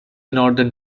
northern